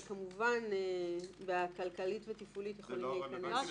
אבל כמובן בכלכלית ותפעולית יכולים להיכנס --- סליחה,